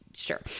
Sure